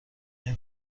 این